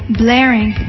blaring